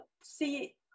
see